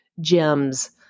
gems